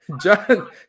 John